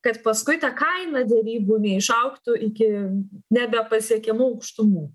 kad paskui ta kaina derybų neišaugtų iki nebepasiekiamų aukštumų